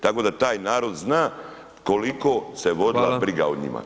Tako da taj narod zna koliko se vodila [[Upadica: Hvala.]] briga o njima.